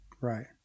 Right